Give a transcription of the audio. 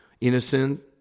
innocent